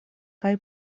kaj